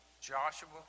Joshua